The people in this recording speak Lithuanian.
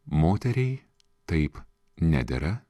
moteriai taip nedera